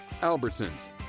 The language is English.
Albertsons